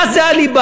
מה זה הליבה.